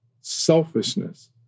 Selfishness